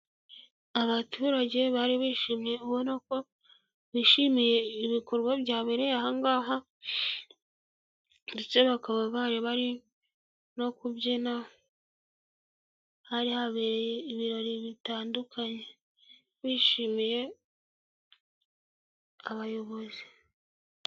Abaturage bari bishimiye, ubona ko bishimiye ibikorwa byabereye ahangaha, ndetse bakaba bari bari no kubyina, hari habereye ibirori bitandukanye. Bishimiye abayobozi.